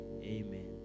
amen